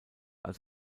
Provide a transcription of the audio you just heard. als